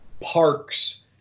parks